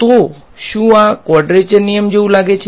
તો શું આ ક્વાડ્રેચર નિયમ જેવું લાગે છે